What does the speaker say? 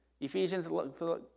Ephesians